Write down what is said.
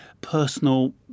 personal